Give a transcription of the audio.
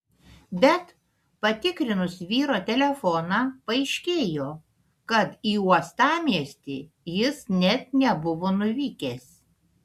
bet patikrinus vyro telefoną paaiškėjo kad į uostamiestį jis net nebuvo nuvykęs